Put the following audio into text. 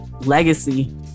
legacy